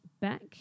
back